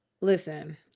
Listen